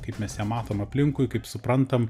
kaip mes ją matom aplinkui kaip suprantam